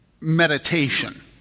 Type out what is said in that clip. meditation